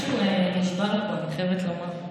משהו נשבר פה, אני חייבת לומר.